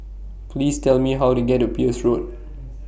Please Tell Me How to get to Peirce Road